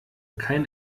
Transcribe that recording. kein